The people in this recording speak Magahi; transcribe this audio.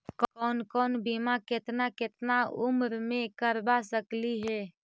कौन कौन बिमा केतना केतना उम्र मे करबा सकली हे?